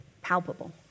palpable